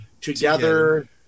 together